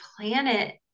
planet